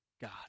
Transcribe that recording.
God